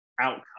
outcome